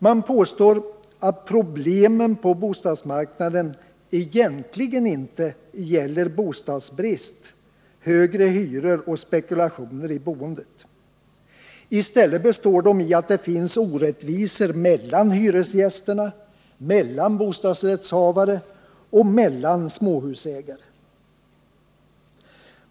Man påstår att problemen på bostadsmarknaden egentligen inte gäller bostadsbrist, högre hyror och spekulationer i boendet. I stället består de i att det finns orättvisor mellan hyresgäster, mellan bostadsrättshavare och mellan småhusägare.